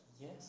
Yes